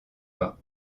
pas